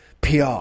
PR